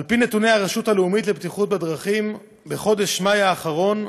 על פי נתוני הרשות הלאומית לבטיחות בדרכים בחודש מאי האחרון,